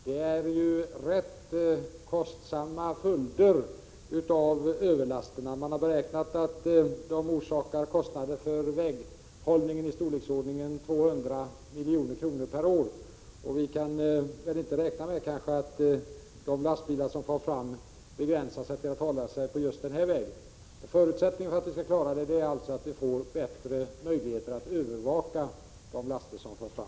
Överlasterna får rätt kostsamma följder. Man har beräknat att de orsakar kostnader för väghållningen på omkring 200 milj.kr. per år. Vi kan inte räkna med att lastbilarna begränsar sig till att fara fram just på vissa bestämda vägar. Förutsättningen för att vi skall klara det hela är alltså att vi får bättre möjligheter att övervaka de laster som förs fram.